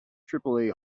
tripoli